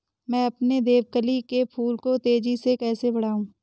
मैं अपने देवकली के फूल को तेजी से कैसे बढाऊं?